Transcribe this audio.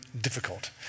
Difficult